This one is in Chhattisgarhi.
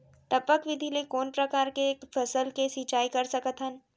टपक विधि ले कोन परकार के फसल के सिंचाई कर सकत हन?